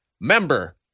Member